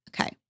Okay